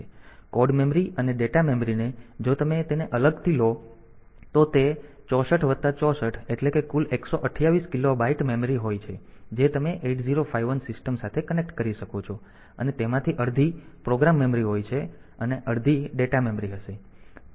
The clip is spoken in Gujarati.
તેથી કોડ મેમરી અને ડેટા મેમરીને જો તમે તેને અલગથી લો તો તે 64 વત્તા 64 એટલે કે કુલ 128 કિલોબાઈટ મેમરી હોય છે જે તમે 8051 સિસ્ટમ સાથે કનેક્ટ કરી શકો છો અને તેમાંથી અડધી પ્રોગ્રામ મેમરી હશે અને અડધી ડેટા મેમરી હશે